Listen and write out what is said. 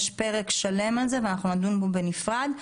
יש פרק שלם על זה ונדון בו בנפרד,